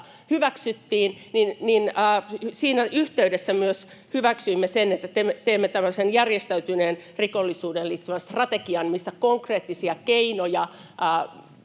hyväksyttiin, siinä yhteydessä hyväksyimme myös sen, että teemme tällaisen järjestäytyneeseen rikollisuuteen liittyvän strategian, missä konkreettisia keinoja